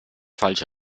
falsche